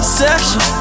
section